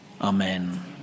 Amen